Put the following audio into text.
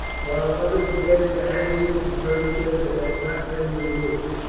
while others wetted the hangings and furniture that had not been removed.